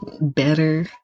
better